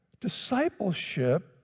Discipleship